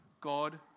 God